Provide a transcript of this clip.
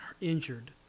injured